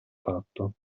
fatto